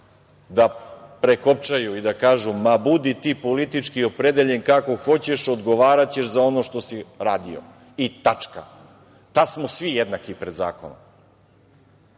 da prekopčaju i da kažu - ma budi ti politički opredeljen kako hoćeš, odgovaraćeš za ono što si radio, i tačka. Tada smo svi jednaki pred zakonom. Naravno,